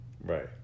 Right